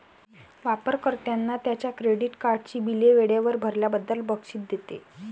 वापर कर्त्यांना त्यांच्या क्रेडिट कार्डची बिले वेळेवर भरल्याबद्दल बक्षीस देते